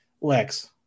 Lex